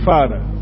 Father